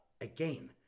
again